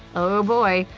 oh boy.